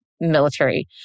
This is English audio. military